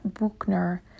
Buchner